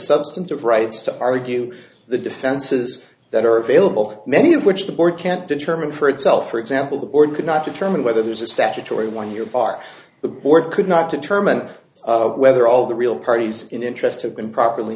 substantive rights to argue the defenses that are available many of which the board can't determine for itself for example the board could not determine whether there's a statutory one year bar the board could not determine whether all the real parties in interest have been properly